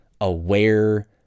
aware